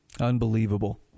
Unbelievable